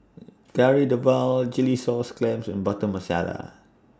Kari Debal Chilli Sauce Clams and Butter Masala